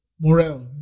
morale